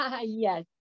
Yes